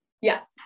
Yes